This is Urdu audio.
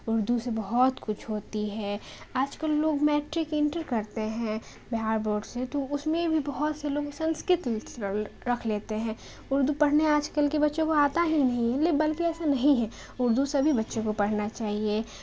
اردو سے بہت کچھ ہوتی ہے آج کل لوگ میٹرک انٹر کرتے ہیں بہار بورڈ سے تو اس میں بھی بہت سے لوگ سنسکرت رکھ لیتے ہیں اردو پڑھنے آج کل کے بچوں کو آتا ہی نہیں ہے لے بلکہ ایسا نہیں ہے اردو سبھی بچے کو پڑھنا چاہیے